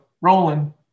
rolling